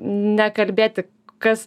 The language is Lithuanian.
nekalbėti kas